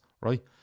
right